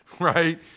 right